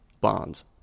bonds